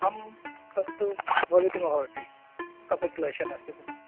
अं तत्तु भवितुमर्हति तत् क्लेषः नास्ति तत्